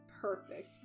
perfect